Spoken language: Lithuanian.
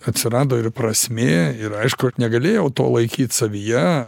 atsirado ir prasmė ir aišku kad negalėjau to laikyt savyje